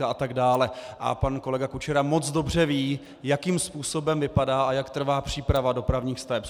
A pan kolega Kučera moc dobře ví, jakým způsobem vypadá a jak trvá příprava dopravních staveb.